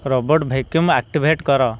robot vacuum activate କର